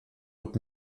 und